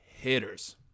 hitters